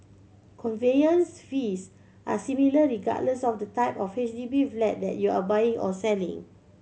conveyance fees are similar regardless of the type of H D B flat that you are buying or selling